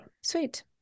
Sweet